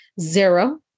Zero